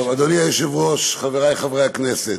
טוב, אדוני היושב-ראש, חברי חברי הכנסת,